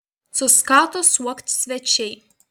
suskato suokt svečiai